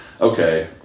okay